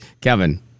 Kevin